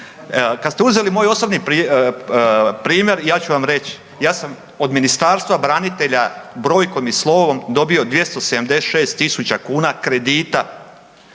Kada ste uzeli moj osobni primjer, ja ću vam reći. Ja sam od Ministarstva branitelja brojkom i slovom dobio 276000 kuna kredita